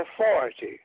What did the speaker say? authority